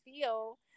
feel